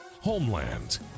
Homeland